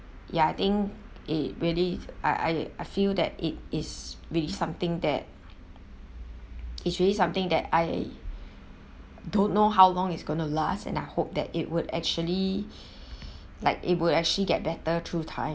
ya I think it really I I I feel that it is really something that is really something that I don't know how long it's going to last and I hope that it would actually like it would actually get better through time